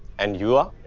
and you are?